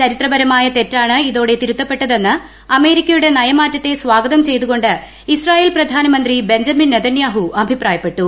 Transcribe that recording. ചരിത്രപരമായ തെറ്റാണ് ഇതോടെ തിരുത്തപ്പെട്ടതെന്ന് അമേരിക്കയുടെ നയമാറ്റത്തെ സ്വാഗതം ചെയ്തുകൊണ്ട് ഇസ്രയേൽ പ്രധാനമന്ത്രി ബെഞ്ചമിൻ നെതന്യാഹു അഭിപ്രായപ്പെട്ടു